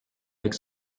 avec